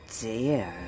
dear